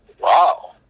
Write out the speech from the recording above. wow